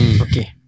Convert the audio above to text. okay